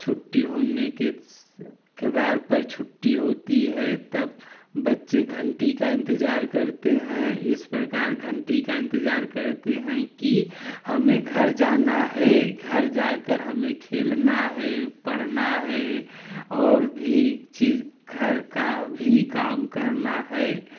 छुट्टी होने के कगार पर छुट्टी होती है तब बच्चे घंटी का इंतजार करते हैं इस प्रकार घंटी का इंतजार करते हैं कि हमें घर जाना है घर जा कर हमें खेलना है पढ़ना है और भी चीज़ घर का भी काम करना है